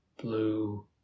blue